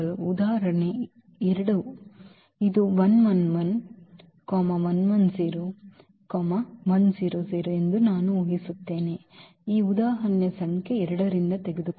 ಉದಾಹರಣೆ 2 ಇದು was ಎಂದು ನಾನು ಊಹಿಸುತ್ತೇನೆ ಇದು ಉದಾಹರಣೆ ಸಂಖ್ಯೆ 2 ರಿಂದ